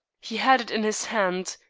he had it in his hand,